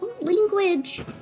Language